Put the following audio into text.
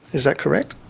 is that correct?